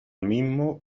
mismo